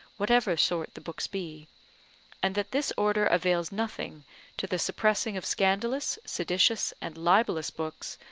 whatever sort the books be and that this order avails nothing to the suppressing of scandalous, seditious, and libellous books,